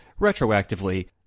retroactively